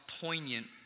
poignant